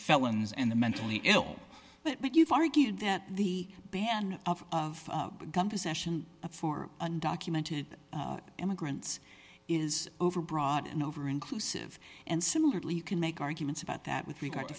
felons and the mentally ill but you've argued that the ban of gun possession for undocumented immigrants is over broad and over inclusive and similarly you can make arguments about that with regard to